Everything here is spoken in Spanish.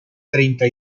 treinta